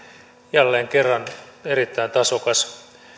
jälleen kerran erittäin tasokas